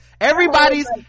Everybody's